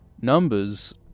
numbers